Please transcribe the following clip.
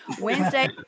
wednesday